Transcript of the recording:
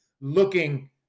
looking